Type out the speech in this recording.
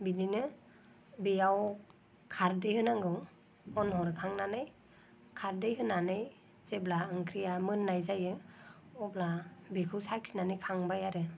बिदिनो बेयाव खारदै होनांगौ अन हरखांनानै खारदै होनानै जेब्ला ओंख्रिया मोननाय जायो अब्ला बेखौ साखिनानै खांबाय आरो